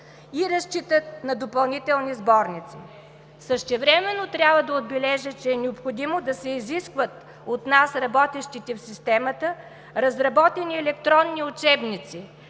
и разчитат на допълнителни сборници. Същевременно трябва да отбележа, че е необходимо да се изискват от нас, работещите в системата, разработени електронни учебници,